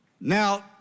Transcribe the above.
Now